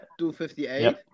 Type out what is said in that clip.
258